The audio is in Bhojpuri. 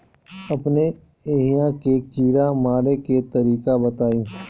अपने एहिहा के कीड़ा मारे के तरीका बताई?